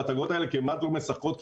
ההצגות האלה כמעט שלא משחקות,